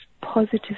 positive